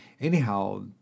anyhow